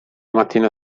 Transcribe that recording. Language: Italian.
mattina